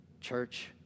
Church